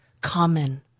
common